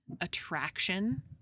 attraction